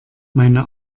meine